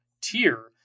tier